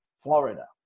Florida